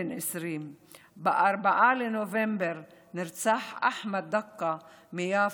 בן 20. ב-4 בנובמבר נרצח אחמד דקה מיפו,